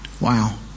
Wow